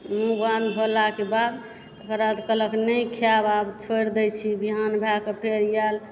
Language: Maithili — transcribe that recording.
मुँह बन्द होलाके बाद थोड़ा कहलक नहि खाएब आब छोड़ि दए छिऐ विहान भए कऽ फेर ओएह